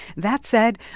that said,